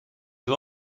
või